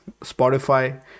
Spotify